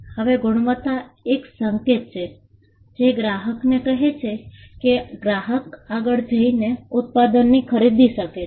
હવે ગુણવત્તા એ સંકેત છે જે ગ્રાહકને કહે છે કે ગ્રાહક આગળ જઈને ઉત્પાદનની ખરીદી શકે છે